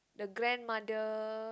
the grandmother